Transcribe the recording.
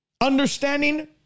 Understanding